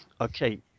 Okay